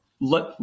let